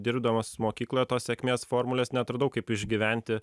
dirbdamas mokykloje tos sėkmės formulės neatrodau kaip išgyventi